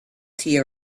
tea